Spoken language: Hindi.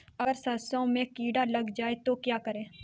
अगर सरसों में कीड़ा लग जाए तो क्या करें?